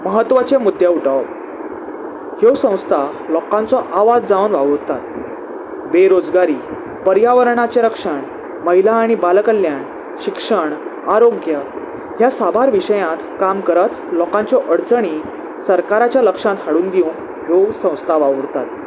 म्हत्वाचे मुद्दे उठावप ह्यो संस्था लोकांचो आवाज जावन वावुरतात बेरोजगारी पर्यावरणाचें रक्षण महिला आनी बाल कल्याण शिक्षण आरोग्य ह्या साबार विशयांत काम करत लोकांच्यो अडचणी सरकाराच्या लक्षांत हाडून दिवन ह्यो संस्था वावुरतात